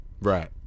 right